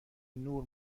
نور